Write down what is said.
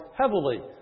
heavily